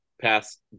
past